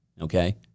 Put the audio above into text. Okay